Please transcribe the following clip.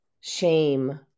shame